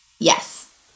Yes